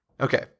Okay